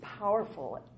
powerful